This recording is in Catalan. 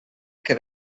que